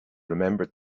remembered